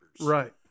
Right